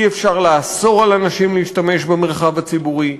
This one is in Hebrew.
אי-אפשר לאסור על אנשים להשתמש במרחב הציבורי,